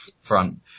front